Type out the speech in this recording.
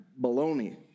baloney